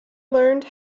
learned